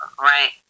right